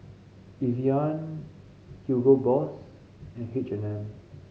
Evian Hugo Boss and H and M